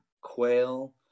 Quail